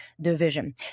division